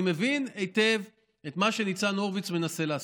אני מבין היטב את מה שניצן הורוביץ מנסה לעשות.